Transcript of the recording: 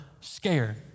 scared